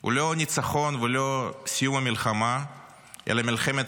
הוא לא ניצחון ולא סיום המלחמה אלא מלחמת